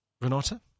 Renata